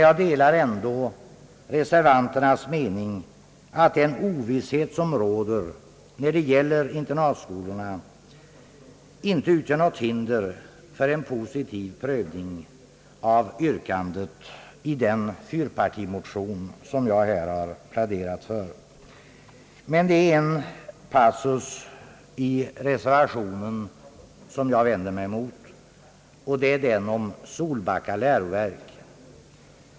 Jag delar ändå reservanternas mening, att den ovisshet som råder, när det gäller internatskolorna, inte utgör något hinder för en positiv prövning av yrkandet i den fyrpartimotion som jag här har pläderat för. Det finns emellertid en passus i reservationen som jag vänder mig emot — den om Solbacka läroverk.